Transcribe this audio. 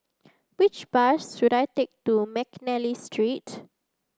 which bus should I take to Mcnally Street